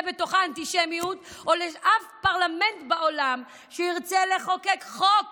בתוכה אנטישמיות או לאף פרלמנט בעולם שירצה לחוקק חוק